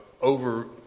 over